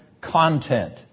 content